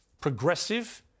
progressive